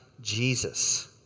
Jesus